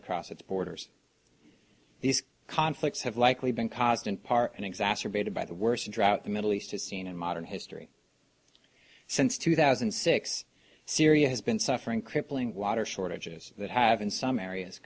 across its borders these conflicts have likely been caused in part and exacerbated by the worst drought the middle east has seen in modern history since two thousand and six syria has been suffering crippling water shortages that have in some areas